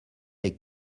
est